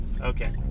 okay